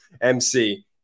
MC